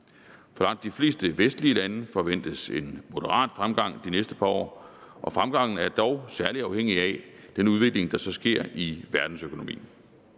For langt de fleste vestlige lande forventes en moderat fremgang de næste par år, og fremgangen er dog særlig afhængig af den udvikling, der så sker i verdensøkonomien.